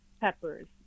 peppers